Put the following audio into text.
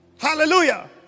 Hallelujah